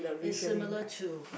it's similar to